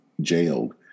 jailed